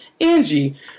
Angie